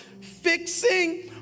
Fixing